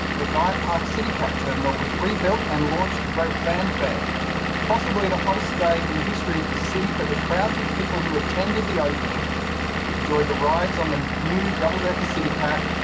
the guyatt park citycat terminal was rebuilt and launched to great fanfare. it was possibly the hottest day in the history of the city, but the crowds of people who attended the opening enjoyed the rides on the new double-decker citycat,